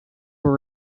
were